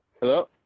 Hello